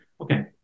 okay